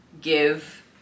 give